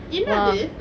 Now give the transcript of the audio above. என்ன அது:enna athu